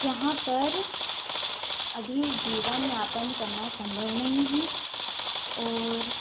जहाँ पर अभी जीवन यापन करना सम्भव नहीं है और